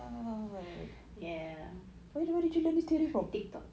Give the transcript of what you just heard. ya